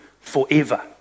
forever